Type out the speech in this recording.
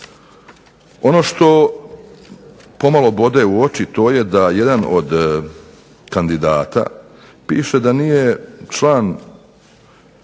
Ono što pomalo bode u oči, to je da jedan od kandidata piše da nije član